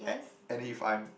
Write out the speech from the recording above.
and if I'm